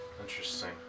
interesting